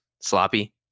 sloppy